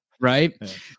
Right